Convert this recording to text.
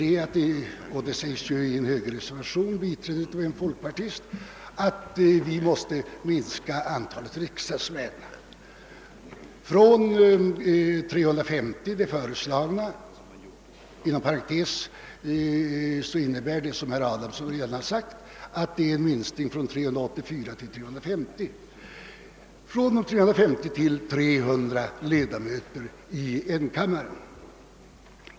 Det görs gällande, bl.a. i en höger reservation biträdd av en folkpartist, att vi måste minska antalet riksdagsmän från de föreslagna 350 — inom parentes innebär det såsom herr Adamsson sagt en minskning från 384 med 34 ledamöter — till 300 ledamöter i en enkammare.